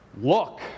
look